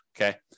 okay